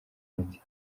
imiti